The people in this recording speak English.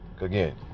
Again